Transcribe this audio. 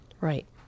Right